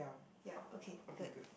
ya okay good